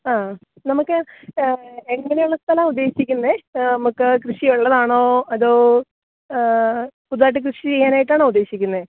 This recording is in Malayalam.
ആ നമുക്ക് എങ്ങനെയുള്ള സ്ഥലമാണ് ഉദ്ദേശിക്കുന്നത് നമുക്ക് കൃഷിയുള്ളതാണോ അതോ പുതുതായിട്ട് കൃഷി ചെയ്യാനായിട്ടാണോ ഉദ്ദേശിക്കുന്നത്